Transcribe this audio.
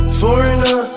foreigner